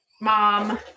mom